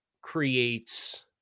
creates